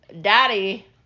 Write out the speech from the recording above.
Daddy